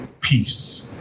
peace